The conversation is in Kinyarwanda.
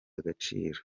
agaciro